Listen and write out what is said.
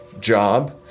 job